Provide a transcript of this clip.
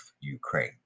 Ukraine